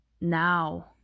now